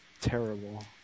terrible